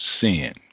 sin